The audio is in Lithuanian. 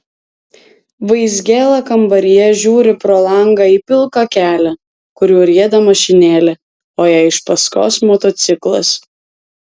vaizgėla kambaryje žiūri pro langą į pilką kelią kuriuo rieda mašinėlė o jai iš paskos motociklas